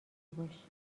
نباش